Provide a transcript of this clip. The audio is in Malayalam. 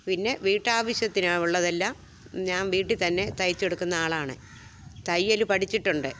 പിന്നെ വീട്ടാവശ്യത്തിന് ഉള്ളതെല്ലാം ഞാൻ വീട്ടിൽ തന്നെ തയ്ച്ചെടുക്കുന്ന ആളാണ് തയ്യൽ പഠിച്ചിട്ടുണ്ട്